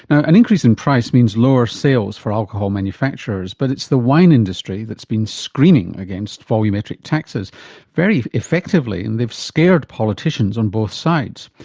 an increase in price means lower sales for alcohol manufacturers, but it's the wine industry that has been screaming against volumetric taxes very effectively and they have scared politicians on both sides.